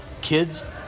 kids